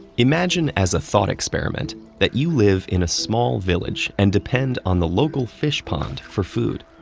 imagine as a thought experiment that you live in a small village and depend on the local fish pond for food.